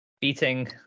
beating